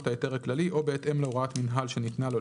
ההיתר הכללי או בהתאם להוראת מינהל שניתנה לו,